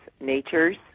natures